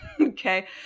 okay